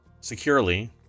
securely